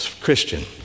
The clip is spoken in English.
Christian